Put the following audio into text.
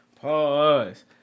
Pause